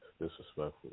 Disrespectful